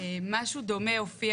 משהו דומה הופיע